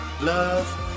love